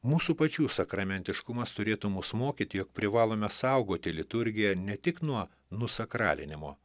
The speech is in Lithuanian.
mūsų pačių sakramentiškumas turėtų mus mokyti jog privalome saugoti liturgiją ne tik nuo nusakralinimo